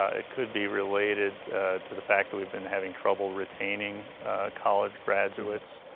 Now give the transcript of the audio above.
ah it could be related to the fact that we've been having trouble retaining college graduates.